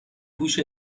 هوش